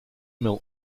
mill